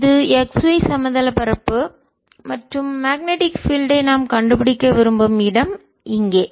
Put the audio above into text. இது x y சமதள பரப்பு தட்டையான பரப்பு மற்றும் மேக்னெட்டிக் பீல்ட் ஐ காந்தப்புலத்தை நாம் கண்டுபிடிக்க விரும்பும் இடம் இங்கே